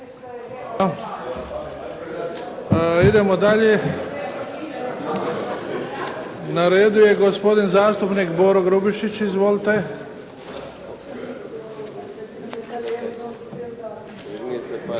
Idemo dalje. Na redu je gospodin zastupnik Boro Grubišić. Izvolite. **Grubišić,